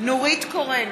נורית קורן,